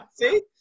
see